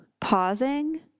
pausing